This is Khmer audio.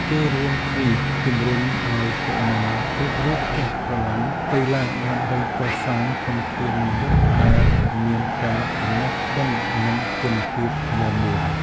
ចូររួមគ្នាជំរុញឱ្យកុមារគ្រប់រូបចេះស្រឡាញ់កីឡាដើម្បីកសាងធនធានមនុស្សដែលមានទាំងចំណេះដឹងនិងសុខភាពមាំមួន។